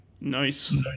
Nice